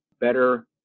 better